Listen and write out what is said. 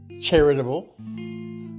charitable